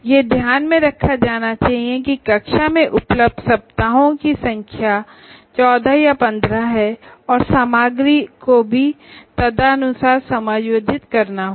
यह ध्यान में रखा जाना चाहिए कि कक्षा में उपलब्ध सप्ताहों की संख्या 14 या 15 है और सामग्री को तदनुसार समायोजित करना होगा